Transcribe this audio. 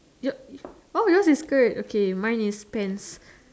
your oh yours is skirt okay mine is pants